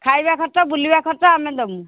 ଖାଇବା ଖର୍ଚ୍ଚ ବୁଲିବା ଖର୍ଚ୍ଚ ଆମେ ଦେବୁ